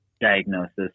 diagnosis